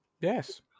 yes